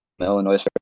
Illinois